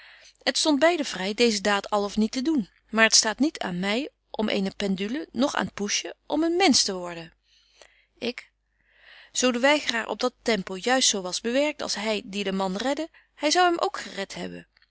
het stondt beide vry deeze daad al of niet te doen maar het staat niet aan my om eene pendule noch aan poesje om een mensch te worden ik zo de weigeraar op dat tempo juist zo was bewerkt als hy die den man redde hy zou hem ook geret hebben